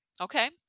Okay